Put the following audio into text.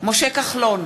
משה כחלון,